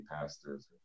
pastors